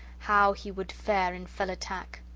how he would fare in fell attack.